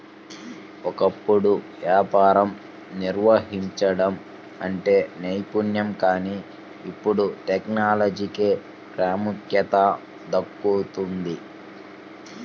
ఒకప్పుడు వ్యాపారం నిర్వహించడం అంటే నైపుణ్యం కానీ ఇప్పుడు టెక్నాలజీకే ప్రాముఖ్యత దక్కుతోంది